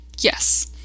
Yes